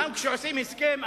גם כשעושים הסכם,